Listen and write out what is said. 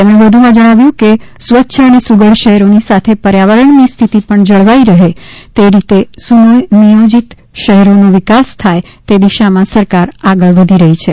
તેમણે વધુમાં જણાવાયું હતું કે સ્વચ્છ અને સુઘડ શહેરોની સાથે પર્યાવરણની સ્થિતિ પણ જળવાઈ રહે તે રીતે સુનિયોજીત શહેરોનો વિકાસ થાય તે દિશામાં સરકાર આગળ વધી રહી છે